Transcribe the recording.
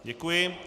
Děkuji.